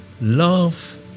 Love